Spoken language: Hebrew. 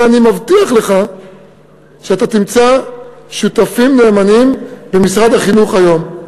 ואני מבטיח לך שאתה תמצא שותפים נאמנים במשרד החינוך היום.